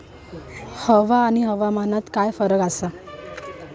हवा आणि हवामानात काय फरक असा?